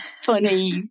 funny